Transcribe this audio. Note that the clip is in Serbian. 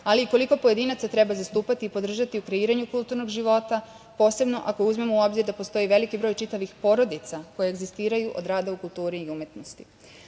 ali i koliko pojedinaca treba zastupati i podržati u kreiranju kulturnog života posebno ako uzmemo u obzir da postoji veliki broj čitavih porodica koje egzistiraju od rada u kulturi i umetnosti. Uverena